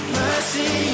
mercy